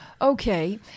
Okay